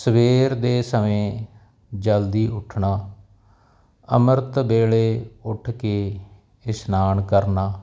ਸਵੇਰ ਦੇ ਸਮੇਂ ਜਲਦੀ ਉੱਠਣਾ ਅੰਮ੍ਰਿਤ ਵੇਲੇ ਉੱਠ ਕੇ ਇਸ਼ਨਾਨ ਕਰਨਾ